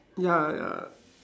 ya ya